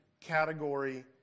category